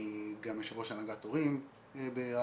אני גם יו"ר הנהגת הורים ברעננה,